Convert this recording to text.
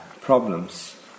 problems